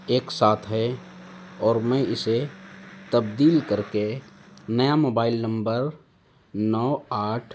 ایک سات ہے اور میں اسے تبدیل کر کے نیا موبائل نمبر نو آٹھ